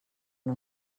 una